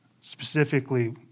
specifically